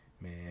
Man